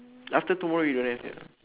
after tomorrow you don't have ya